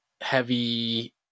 heavy